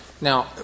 Now